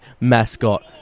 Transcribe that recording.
mascot